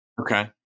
Okay